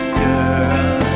girl